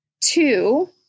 two